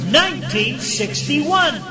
1961